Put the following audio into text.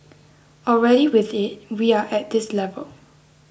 already with it we are at this level